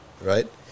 right